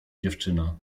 dziewczyna